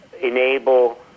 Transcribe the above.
enable